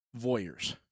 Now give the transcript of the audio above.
voyeurs